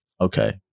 Okay